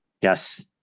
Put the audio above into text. Yes